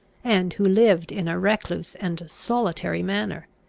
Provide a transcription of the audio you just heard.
and who lived in a recluse and solitary manner.